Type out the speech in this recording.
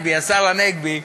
השר הנגבי.